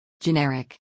Generic